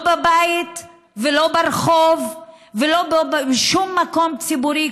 לא בבית ולא ברחוב ולא בשום מקום ציבורי,